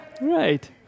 Right